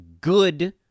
good